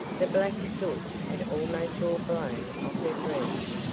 the black soot had almost all blown off her dress.